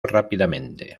rápidamente